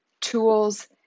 tools